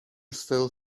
still